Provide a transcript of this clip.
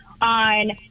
on